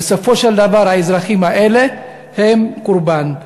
ובסופו של דבר האזרחים האלה הם קורבן.